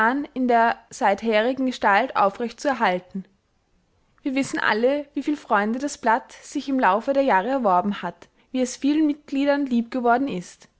in der seitherigen gestalt aufrechtzuerhalten wir wissen alle wieviel freunde das blatt sich im laufe der jahre erworben hat wie es vielen mitgliedern lieb geworden ist